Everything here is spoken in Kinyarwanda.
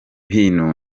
bintu